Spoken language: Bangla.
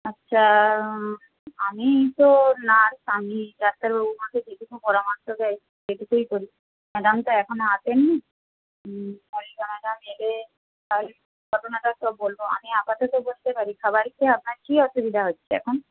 আচ্ছা আমি তো নার্স আমি ডাক্তারবাবুর কাছে যেটুকু পরামর্শ দেয় সেটুকুই করি ম্যাডাম তো এখনও আসেননি মনিকা ম্যাডাম এলে তাহলে ঘটনাটা সব বলব আমি আপাতত বলতে পারি খাবার খেয়ে আপনার কী অসুবিধা হচ্ছে এখন